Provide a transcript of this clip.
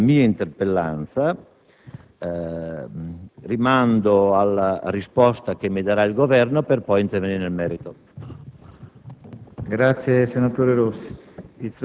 Per quanto riguarda, invece, la mia interpellanza, attendo la risposta che fornirà il Governo per poi intervenire nel merito.